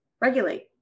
regulate